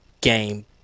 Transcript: game